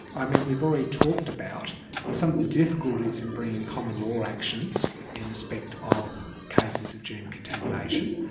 i mean we've already talked about some of the difficulties in bringing common law actions in respect of cases of gm contamination,